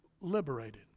liberated